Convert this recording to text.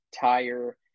tire